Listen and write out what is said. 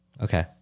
Okay